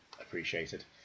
Appreciated